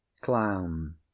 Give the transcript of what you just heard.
clown